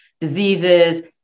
diseases